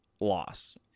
loss